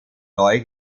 neu